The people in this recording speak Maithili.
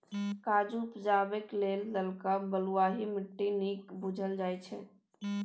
काजु उपजेबाक लेल ललका बलुआही माटि नीक बुझल जाइ छै